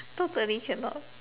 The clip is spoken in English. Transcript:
totally cannot